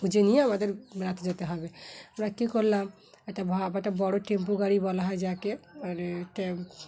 খুঁজে নিয়ে আমাদের বেড়াতে যেতে হবে আমরা কী করলাম একটা ভাব একটা বড়ো টেম্পো গাড়ি বলা হয় যাকে আর এতে